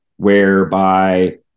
whereby